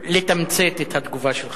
אני רק מבקש ממך, אדוני, לתמצת את התגובה שלך.